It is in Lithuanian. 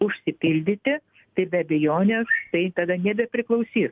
užsipildyti tai be abejonės tai tada nebepriklausys